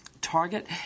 target